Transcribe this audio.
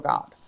God